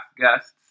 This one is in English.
guests